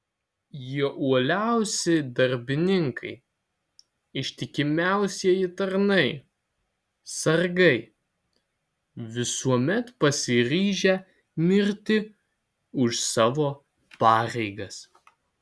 jie uoliausi darbininkai ištikimiausieji tarnai sargai visuomet pasiryžę mirti už savo pareigas